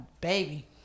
baby